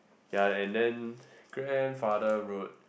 ya and then grandfather road